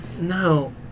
no